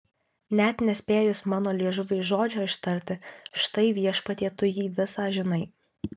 net nespėjus mano liežuviui žodžio ištarti štai viešpatie tu jį visą žinai